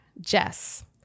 Jess